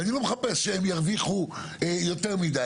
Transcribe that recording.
ואני לא מחפש שהם ירוויחו יותר מידי.